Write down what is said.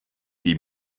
die